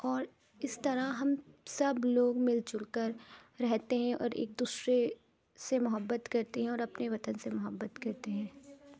اور اس طرح ہم سب لوگ مل جل کر رہتے ہیں اور ایک دوسرے سے محبت کرتے ہیں اور اپنے وطن سے محبت کرتے ہیں